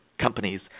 companies